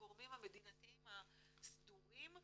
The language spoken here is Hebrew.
באמצעות הגורמים המדינתיים הסדורים,